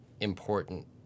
important